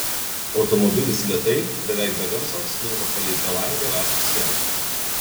automobilis lėtai beveik be garso slinko palei belangę rąstų sieną